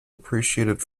appreciated